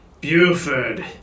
Buford